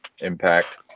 Impact